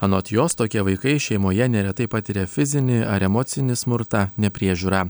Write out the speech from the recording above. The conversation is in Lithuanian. anot jos tokie vaikai šeimoje neretai patiria fizinį ar emocinį smurtą nepriežiūrą